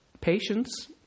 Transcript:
patience